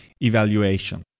evaluation